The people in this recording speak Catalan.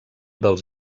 dels